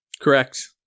Correct